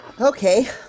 Okay